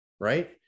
Right